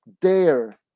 dare